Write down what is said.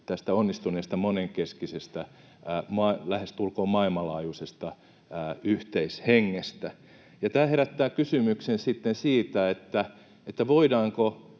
käsillä onnistuneesta monenkeskisestä, lähestulkoon maailmanlaajuisesta yhteishengestä. Tämä herättää kysymyksen sitten siitä, voidaanko